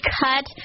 cut